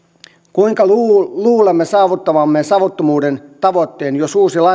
kuinka luulemme saavuttavamme savuttomuuden tavoitteen jos